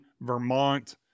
Vermont